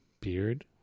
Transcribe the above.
beard